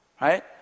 Right